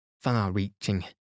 far-reaching